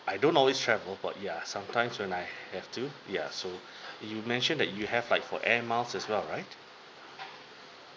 I don't always travel but ya sometimes when I have to ya so you mention that you have like for air miles as well right